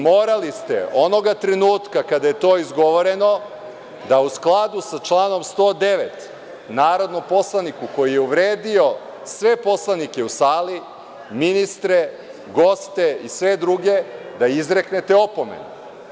Morali ste onoga trenutka kada je to izgovoreno da u skladu sa članom 109. narodnom poslaniku koji je uvredio sve poslanike u sali, ministre, goste i sve druge da izreknete opomenu.